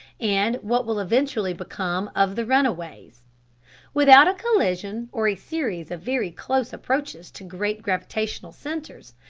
and what will eventually become of the runaways without a collision, or a series of very close approaches to great gravitational centers,